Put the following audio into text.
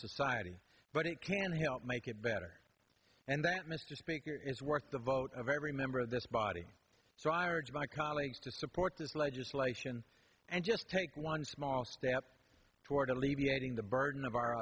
society but it can help make it better and that mr speaker is worth the vote of every member of this body so i urge my colleagues to support this legislation and just take one small step toward alleviating the burden of our